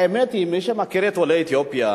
האמת היא, מי שמכיר את עולי אתיופיה,